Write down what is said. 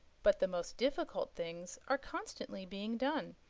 but the most difficult things are constantly being done,